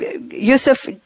Yusuf